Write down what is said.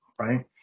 right